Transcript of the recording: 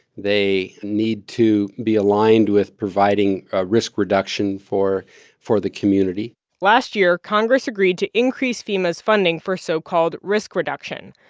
they need to be aligned with providing ah risk reduction for for the community last year, congress agreed to increase fema's funding for so-called risk reduction.